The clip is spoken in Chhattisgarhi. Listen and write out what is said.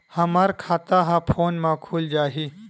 हमर खाता ह फोन मा खुल जाही?